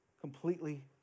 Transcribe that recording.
completely